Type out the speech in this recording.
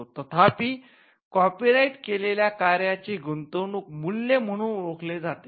तथापि कॉपीराइट केलेल्या कार्याचे गुंतवणूक मूल्य म्हणून ओळखले जाते